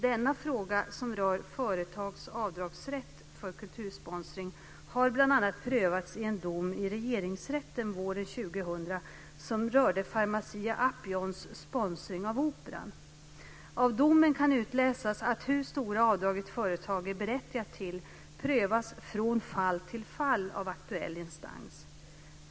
Denna fråga, som rör företags avdragsrätt för kultursponsring, har bl.a. prövats i en dom i Regeringsrätten våren 2000 som rörde Pharmacia & Upjohns sponsring av Operan. Av domen kan utläsas att hur stora avdrag ett företag är berättigat till prövas från fall till fall av aktuell instans.